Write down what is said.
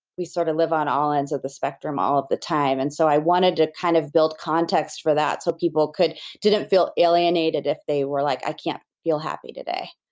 we sort of live on all ends of the spectrum all of the time, and so i wanted to kind of build context for that so people didn't feel alienated if they were like, i can't feel happy today.